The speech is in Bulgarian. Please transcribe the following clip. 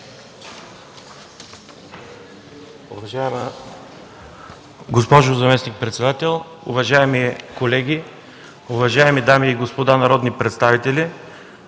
Уважаема госпожо заместник-председател, уважаеми колеги, уважаеми дами и господа народни представители!